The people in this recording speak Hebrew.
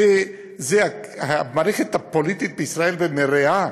זו המערכת הפוליטית בישראל במרעה,